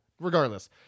regardless